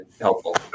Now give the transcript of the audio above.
helpful